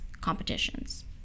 competitions